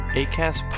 acast